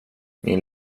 min